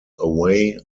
away